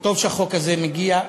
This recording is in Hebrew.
טוב שהחוק הזה מגיע,